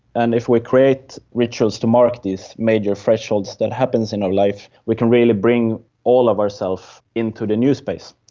and if we create rituals to mark these major thresholds that happens in our life we can really bring all of our self into the new space.